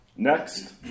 Next